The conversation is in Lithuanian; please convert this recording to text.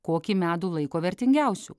kokį medų laiko vertingiausiu